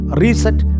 reset